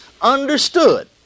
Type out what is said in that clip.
understood